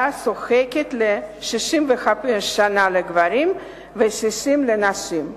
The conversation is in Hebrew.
שוחקת ל-65 שנה לגברים ו-60 שנה לנשים.